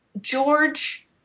George